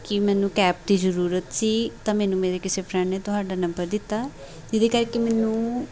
ਕਿ ਮੈਨੂੰ ਕੈਬ ਦੀ ਜ਼ਰੂਰਤ ਸੀ ਤਾਂ ਮੈਨੂੰ ਮੇਰੇ ਕਿਸੇ ਫਰੈਂਡ ਨੇ ਤੁਹਾਡਾ ਨੰਬਰ ਦਿੱਤਾ ਜਿਹਦੇ ਕਰਕੇ ਮੈਨੂੰ